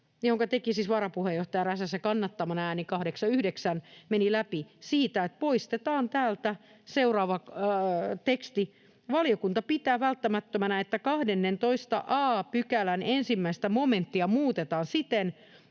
jonka teki siis varapuheenjohtaja Räsäsen kannattamana ja joka äänin 8—9 meni läpi, oli siitä, että poistetaan täältä seuraava teksti: ”Valiokunta pitää välttämättömänä, että 12 a §:n 1 momenttia muutetaan siten,